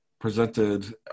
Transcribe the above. presented